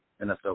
NFL